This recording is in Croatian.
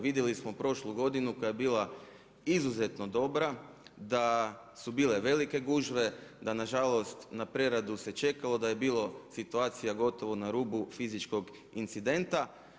Vidjeli smo prošlu godinu koja je bila izuzetno dobra da su bile velike gužve, da nažalost na preradu se čekalo, da je bilo situacija gotovo na rubu fizičkog incidenta.